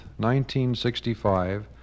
1965